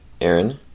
Aaron